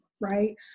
right